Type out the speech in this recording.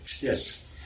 Yes